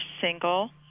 single